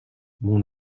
mon